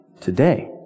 today